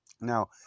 Now